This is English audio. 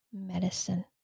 medicine